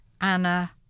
Anna